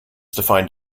defined